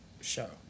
show